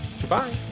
Goodbye